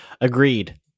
Agreed